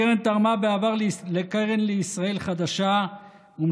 הקרן תרמה בעבר לקרן לישראל חדשה והיא